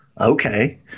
okay